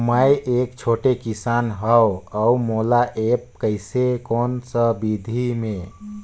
मै एक छोटे किसान हव अउ मोला एप्प कइसे कोन सा विधी मे?